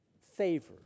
favor